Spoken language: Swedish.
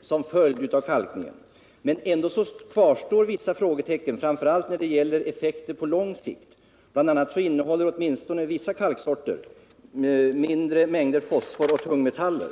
som följd av kalkningen, men vissa frågetecken kvarstår, framför allt när det gäller effekterna på lång sikt. Bl. a. innehåller vissa kalksorter mindre mängder fosfor och tungmetaller.